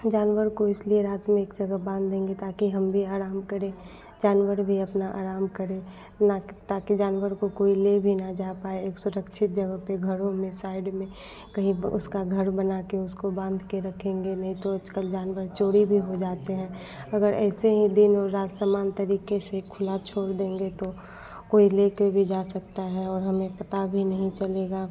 जानवर को इसलिए रात में एक जगह बाँध देंगे ताकि हम भी आराम करें जानवर भी अपना आराम करें नाकि ताकि जानवर को कोई ले भी ना जा पाए एक सुरक्षित जगह पर घरों में साइड में कहीं उसका घर बनाकर उसको बाँधकर रखेंगे नहीं तो आजकल जानवर चोरी भी हो जाते हैं अगर ऐसे ही दिन और रात सामान तरीके से खुला छोड़ देंगे तो कोई लेकर भी जा सकता है और हमें पता भी नहीं चलेगा